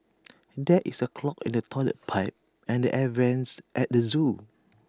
there is A clog in the Toilet Pipe and the air Vents at the Zoo